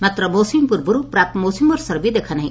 ମାତ୍ର ମୌସୁମୀ ପୂର୍ବରୁ ପ୍ରାକ୍ ମୌସୁମୀ ବର୍ଷାର ବି ଦେଖାନାହି